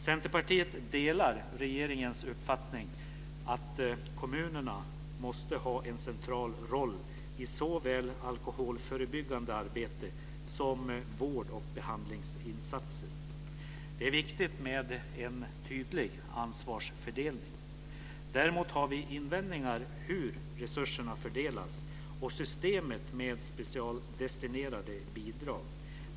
Centerpartiet delar regeringens uppfattning att kommunerna måste ha en central roll i såväl alkoholförebyggande arbete som vård och behandlingsinsatser. Det är viktigt med en tydlig ansvarsfördelning. Däremot har vi invändningar när det gäller hur resurserna fördelas och systemet med specialdestinerade bidrag.